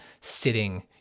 sitting